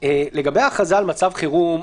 לגבי ההכרזה על מצב חירום,